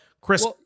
Chris